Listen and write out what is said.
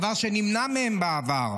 דבר שנמנע מהם בעבר,